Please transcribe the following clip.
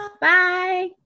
Bye